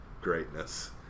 greatness